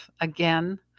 again